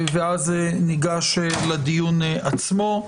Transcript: ואז ניגש לדיון עצמו.